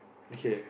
okay